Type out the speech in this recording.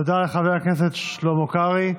תודה לחבר הכנסת שלמה קרעי.